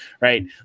right